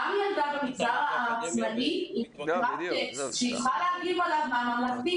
גם ילדה במגזר העצמאי --- טקסט שהיא צריכה --- מהממלכתי,